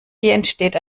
entsteht